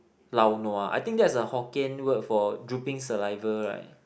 lao nua I think that's a Hokkien word for dripping saliva right